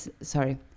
sorry